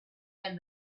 and